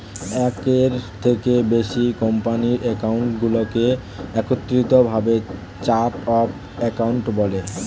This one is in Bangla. একের থেকে বেশি কোম্পানির অ্যাকাউন্টগুলোকে একত্রিত ভাবে চার্ট অফ অ্যাকাউন্ট বলে